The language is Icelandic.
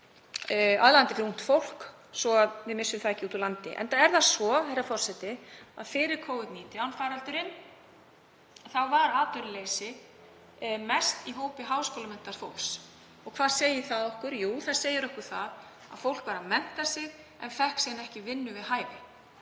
aðlaðandi fyrir ungt fólk svo að við missum það ekki úr landi. Enda er það svo að fyrir Covid-19 faraldurinn var atvinnuleysi mest í hópi háskólamenntaðs fólks. Og hvað segir það okkur? Jú, það segir okkur að fólk var að mennta sig en fékk síðan ekki vinnu við hæfi,